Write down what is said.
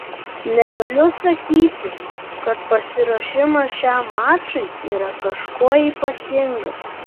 negaliu sakyti kad pasiruošimas šiam mačui yra kažkuo ypatingas